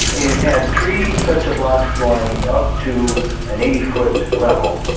it had three sets of locks going up to an eighty foot level,